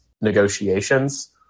negotiations